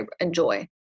enjoy